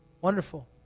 wonderful